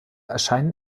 erscheinen